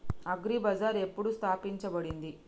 Agri Bazaar ఎప్పుడు స్థాపించబడింది?